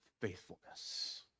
faithfulness